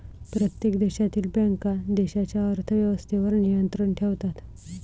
प्रत्येक देशातील बँका देशाच्या अर्थ व्यवस्थेवर नियंत्रण ठेवतात